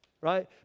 right